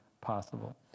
possible